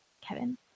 Kevin